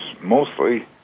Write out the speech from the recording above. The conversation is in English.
mostly